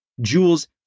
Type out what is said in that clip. Jules